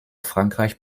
frankreich